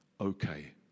okay